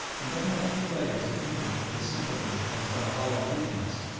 and though not a few writers have hinted that his sympathy was but a hollow pretence,